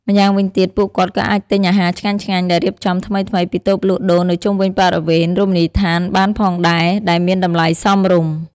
ម៉្យាងវិញទៀត ពួកគាត់ក៏អាចទិញអាហារឆ្ងាញ់ៗដែលរៀបចំថ្មីៗពីតូបលក់ដូរនៅជុំវិញបរិវេណរមណីយដ្ឋានបានផងដែរ ដែលមានតម្លៃសមរម្យ។